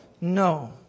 No